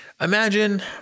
imagine